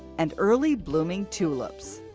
and early blooming tulips.